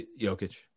Jokic